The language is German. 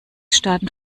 staaten